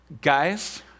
Guys